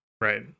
right